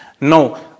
No